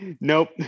nope